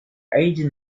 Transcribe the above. aegean